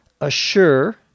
assure